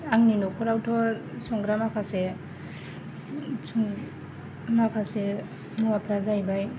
आंनि नखरावथ' संग्रा माखासे माखासे मुवाफोरा जाहैबाय